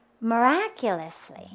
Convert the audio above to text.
miraculously